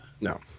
no